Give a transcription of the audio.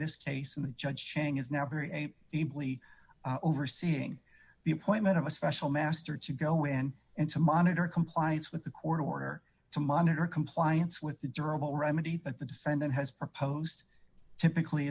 this case and the judge chang is now very ably overseeing the appointment of a special master to go in and to monitor compliance with the court order to monitor compliance with the durable remedy that the defendant has proposed typically